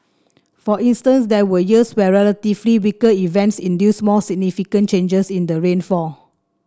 for instance there were years where relatively weaker events induced more significant changes in the rainfall